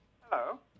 Hello